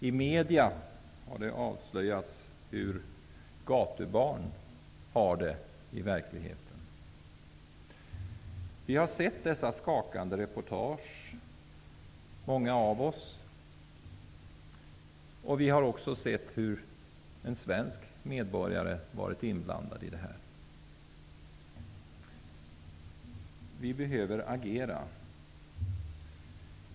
I media har det också avslöjats hur gatubarn har det i verkligheten. Många av oss har läst dessa skakande reportage, och vi har också sett hur en svensk medborgare har varit inblandad i det här. Vi behöver agera.